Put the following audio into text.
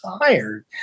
tired